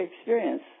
experience